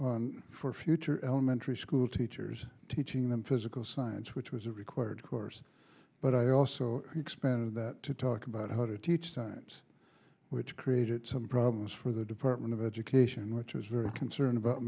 course for future elementary school teachers teaching them physical science which was a required course but i also expanded that to talk about how to teach science which created some problems for the department of education which was very concerned about